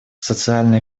социально